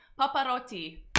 paparotti